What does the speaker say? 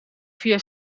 via